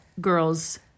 girls